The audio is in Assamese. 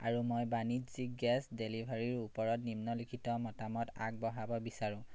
আৰু মই বাণিজ্যিক গেছ ডেলিভাৰীৰ ওপৰত নিম্নলিখিত মতামত আগবঢ়াব বিচাৰোঁ